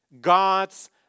God's